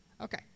Okay